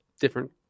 different